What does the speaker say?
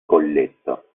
colletto